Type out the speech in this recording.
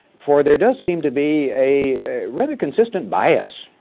for there does seem to be a rather consistent bias.